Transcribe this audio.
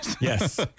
Yes